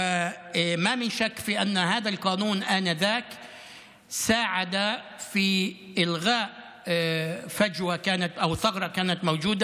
אין ספק שבזמנו החוק הזה סייע בביטול פער שהיה קיים אז,